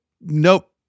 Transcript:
nope